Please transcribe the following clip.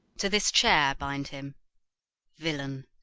to this chair bind him villain,